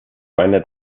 meine